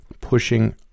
pushing